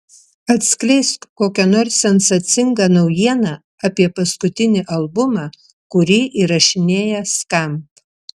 atskleisk kokią nors sensacingą naujieną apie paskutinį albumą kurį įrašinėja skamp